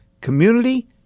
Community